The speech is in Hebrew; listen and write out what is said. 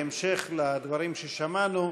בהמשך לדברים ששמענו,